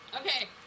Okay